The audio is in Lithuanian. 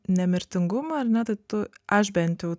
nemirtingumą ar ne tai tu aš bent jau